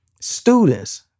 students